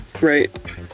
Right